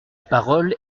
parole